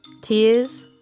tears